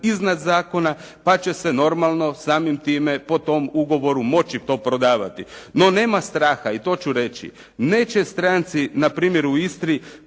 iznad zakona pa će se normalno samim time po tom ugovoru moći to prodavati. No nema straha, i to ću reći, neće stranci na primjer u Istri